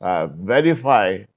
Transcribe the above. verify